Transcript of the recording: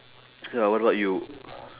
ya what about you